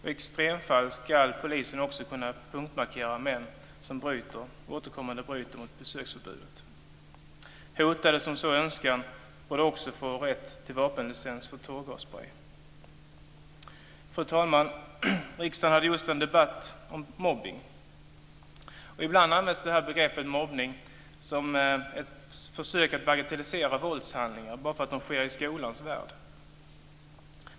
I extremfall ska polisen också kunna punktmarkera män som återkommande bryter mot besöksförbudet. Hotade som så önskar borde också få rätt till vapenlicens för tårgassprej. Fru talman! Riksdagen har just haft en debatt om mobbning. Ibland används begreppet mobbning som ett försök att bagatellisera våldshandlingar bara därför att de sker i skolans värld.